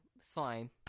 Slime